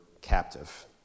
captive